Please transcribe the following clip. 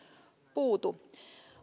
puutu